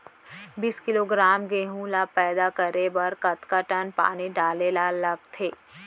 बीस किलोग्राम गेहूँ ल पैदा करे बर कतका टन पानी डाले ल लगथे?